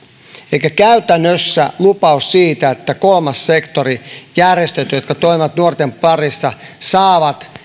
elikkä käytännössä lupaus siitä että kolmas sektori järjestöt jotka toimivat nuorten parissa saavat